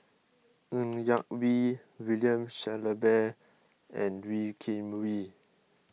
Ng Yak Whee William Shellabear and Wee Kim Wee